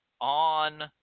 on